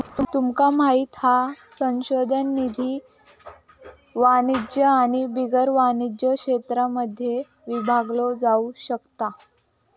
तुमका माहित हा संशोधन निधी वाणिज्य आणि बिगर वाणिज्य क्षेत्रांमध्ये विभागलो जाउ शकता